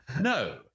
no